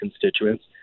constituents